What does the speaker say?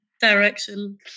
direction